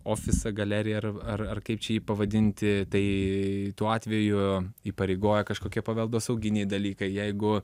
ofisą galeriją ar ar ar kaip čia jį pavadinti tai tuo atveju įpareigoja kažkokie paveldosauginiai dalykai jeigu